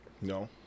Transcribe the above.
No